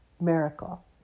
Miracle